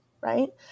right